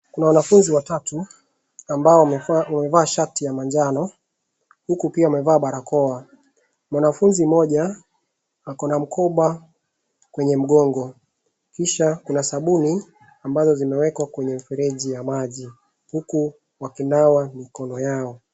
Kuna wanafunzi watatu, ambao wamevaa shati ya manjano, huku pia wamevaa barakoa. Mwanafunzi mmoja, ako na mkoba kwenye mgongo, kisha kuna sabuni ambazo zimewekwa kwenye mfereji ya maji, huku wakinawa mikono yao.